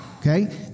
Okay